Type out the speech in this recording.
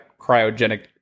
cryogenic